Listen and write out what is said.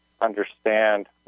understand